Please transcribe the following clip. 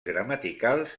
gramaticals